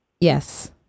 yes